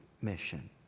mission